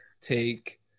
Take